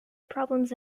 problems